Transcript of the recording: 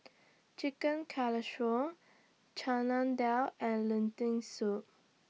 Chicken Casserole Chana Dal and Lentil Soup